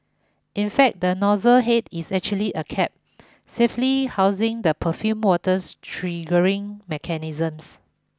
in fact the nozzle head is actually a cap safely housing the perfumed water's triggering mechanisms